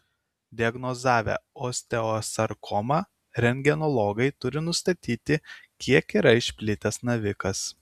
diagnozavę osteosarkomą rentgenologai turi nustatyti kiek yra išplitęs navikas